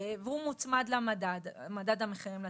והוא מוצמד למדד המחירים לצרכן.